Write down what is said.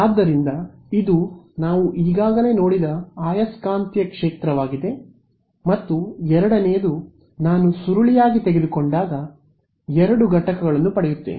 ಆದ್ದರಿಂದ ಇದು ನಾವು ಈಗಾಗಲೇ ನೋಡಿದ ಆಯಸ್ಕಾಂತೀಯ ಕ್ಷೇತ್ರವಾಗಿದೆ ಮತ್ತು ಎರಡನೆಯದು ನಾನು ಸುರುಳಿಯಾಗಿ ತೆಗೆದುಕೊಂಡಾಗ ನಾನು ಎರಡು ಘಟಕಗಳನ್ನು ಪಡೆಯುತ್ತೇನೆ